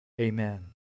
Amen